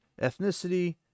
ethnicity